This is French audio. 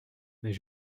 mais